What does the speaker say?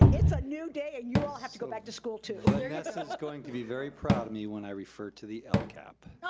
it's a new day, and you all have to go back to school, too. vanessa's but um like going to be very proud of me when i refer to the lcap.